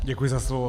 Děkuji za slovo.